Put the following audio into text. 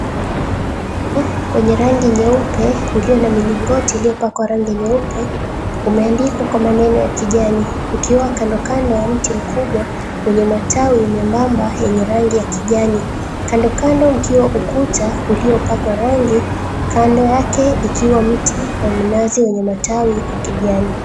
Wenye rangi nyeupe, ulio na milingoti iliyopakwa rangi nyeupe umeandikwa kwa rangi ya kijani, ukiwa kandokando ya mti mkubwa wenye matawi membamba, yenye rangi ya kijani. Kandokando mkiwa ukuta uliopakwa rangi. Kando yake ikiwa mti wa mnazi wenye matawi ya kijani.